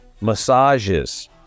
massages